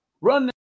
Run